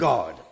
God